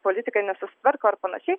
politikai nesusitvarko ar panašiai